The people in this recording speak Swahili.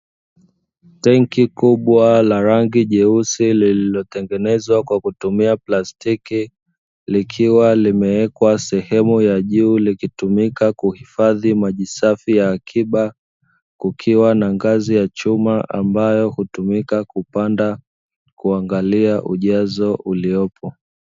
Tenki kubwa la rangi nyeusi lililotengenezwa kwa kutumia plastiki likiwa limewekwa sehemu ya juu likitumika kuhifadhi maji safi ya akiba, kukiwa na ngazi ya chuma ambayo hutumika kupanda kuangalia ujazo uliyopo.